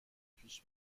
پیش